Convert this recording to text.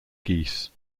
geese